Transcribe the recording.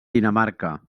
dinamarca